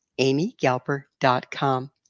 amygalper.com